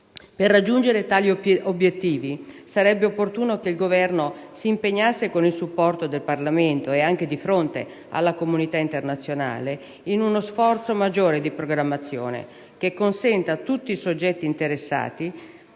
Per raggiungere tali obiettivi, sarebbe opportuno che il Governo si impegnasse, con il supporto del Parlamento e anche di fronte alla comunità internazionale, in uno sforzo di programmazione che consenta a tutti i soggetti interessati